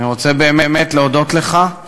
אני רוצה באמת להודות לך.